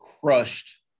crushed